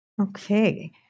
Okay